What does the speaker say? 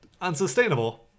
unsustainable